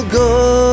go